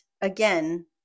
again